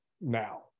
now